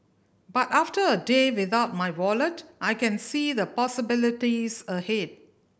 but after a day without my wallet I can see the possibilities ahead